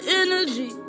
energy